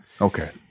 okay